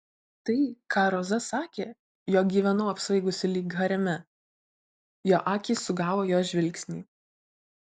tai ką roza sakė jog gyvenau apsvaigusi lyg hareme jo akys sugavo jos žvilgsnį